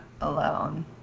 alone